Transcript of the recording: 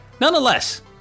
nonetheless